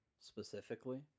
specifically